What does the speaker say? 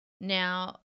Now